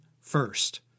first